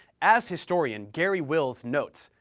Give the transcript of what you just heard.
as historian garry wills notes,